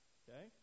okay